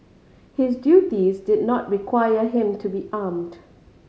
his duties did not require him to be armed